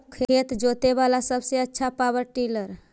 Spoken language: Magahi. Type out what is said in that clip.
खेत जोते बाला सबसे आछा पॉवर टिलर?